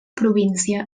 província